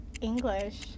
English